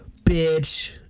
bitch